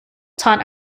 taught